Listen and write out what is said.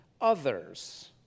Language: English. others